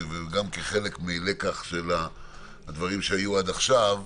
גם כחלק מלקח של הדברים שהיו עד עכשיו,